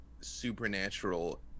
supernatural